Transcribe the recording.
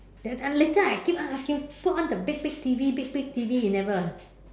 that time later I keep on asking put on the big big T_V big big T_V you never